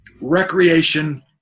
recreation